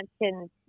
mentioned